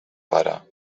pare